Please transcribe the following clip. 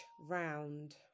round